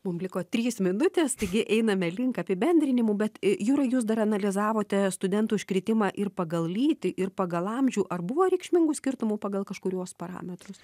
mum liko trys minutės taigi einame link apibendrinimų bet jurai jūs dar analizavote studentų iškritimą ir pagal lytį ir pagal amžių ar buvo reikšmingų skirtumų pagal kažkuriuos parametrus